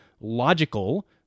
logical